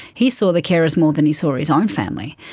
he saw the carers more than he saw his own family.